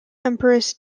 empress